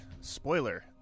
Spoiler